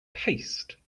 paste